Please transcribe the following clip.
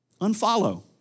Unfollow